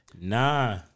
Nah